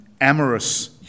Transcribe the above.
amorous